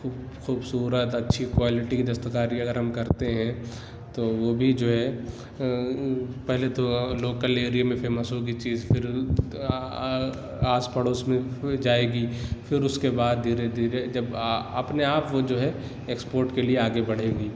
خوب خوب صورت اچھی کوالٹی کی دستکاری اگر ہم کرتے ہیں تو وہ بھی جو ہے پہلے تو لوکل ایریے میں فیمس ہوگی چیز پھر آس پڑوس میں جائے گی پھر اس کے بعد دھیرے دھیرے جب اپنے آپ وه جو ہے ایکسپوٹ کے لیے آگے بڑھے گی